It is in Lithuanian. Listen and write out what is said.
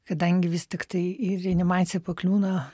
kadangi vis tiktai į reanimaciją pakliūna